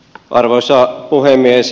arvoisa puhemies